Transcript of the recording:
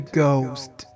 ghost